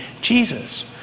Jesus